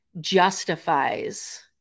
justifies